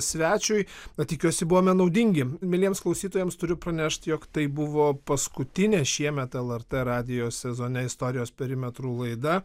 svečiui bet tikiuosi buvome naudingi mieliems klausytojams turiu pranešti jog tai buvo paskutinė šiemet lrt radijo sezone istorijos perimetrų laida